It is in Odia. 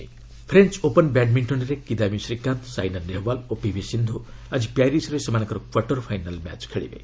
ବ୍ୟାଡ୍ମିଣ୍ଟନ୍ ଫ୍ରେଞ୍ଜ୍ ଓପନ୍ ବ୍ୟାଡ୍ମିଣ୍ଟନ୍ରେ କିଦାୟୀ ଶ୍ରୀକାନ୍ତ ସାଇନା ନେହୱାଲ୍ ଓ ପିଭି ସିନ୍ଧ୍ ଆଜି ପ୍ୟାରିସ୍ରେ ସେମାନଙ୍କର କ୍ୱାର୍ଟର୍ ଫାଇନାଲ୍ ମ୍ୟାଚ୍ ଖେଳିବେ